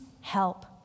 help